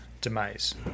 demise